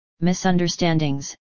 misunderstandings